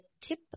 tip